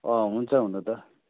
अँ हुन्छ हुनु त